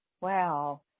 Wow